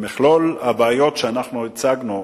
במכלול הבעיות שאנחנו הצגנו,